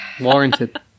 Warranted